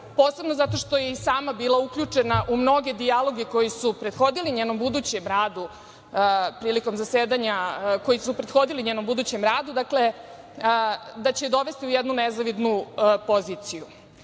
posebno što je i sama bila uključena u mnoge dijaloge koji su prethodili njenom budućem radu prilikom zasedanja, koji su prethodili njenom budućem radu, dakle, dovesti u jednu nezavidnu poziciju. Zato